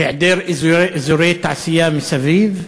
היעדר אזורי תעשייה מסביב.